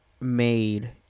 made